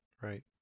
right